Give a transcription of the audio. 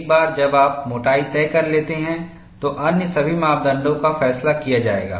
एक बार जब आप मोटाई तय कर लेते हैं तो अन्य सभी मापदंडों का फैसला किया जाएगा